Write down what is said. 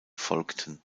folgten